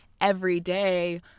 everyday